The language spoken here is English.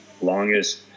longest